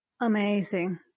amazing